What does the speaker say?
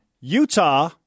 Utah